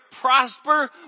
prosper